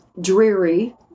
dreary